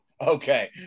Okay